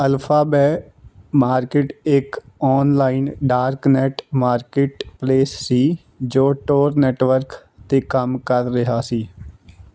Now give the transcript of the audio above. AlphaBay market ਇੱਕ online dark net market place ਸੀ ਜੋ ਟੋਰ ਨੈਟਵਰਕ 'ਤੇ ਕੰਮ ਕਰ ਰਿਹਾ ਸੀ